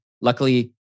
Luckily